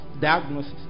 diagnosis